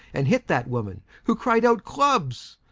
and hit that woman, who cryed out clubbes,